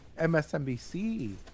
MSNBC